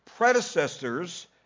predecessors